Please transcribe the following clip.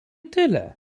tyle